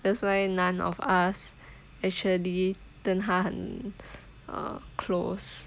that's why none of us actually 跟他很 uh close